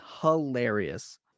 hilarious